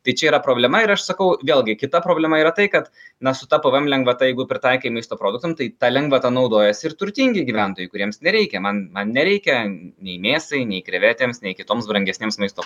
tai čia yra problema ir aš sakau vėlgi kita problema yra tai kad na su ta pvm lengvata jeigu pritaikai maisto produktam tai ta lengvata naudojasi ir turtingi gyventojai kuriems nereikia man man nereikia nei mėsai nei krevetėms nei kitoms brangesniems maisto